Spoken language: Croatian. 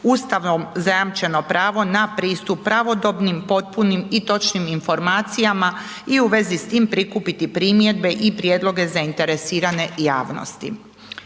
ustavom zajamčeno pravo na pristup pravodobnim, potpunim i točnim informacijama i u vezi s tim prikupiti prijedlog i prijedloge zainteresirane javnosti.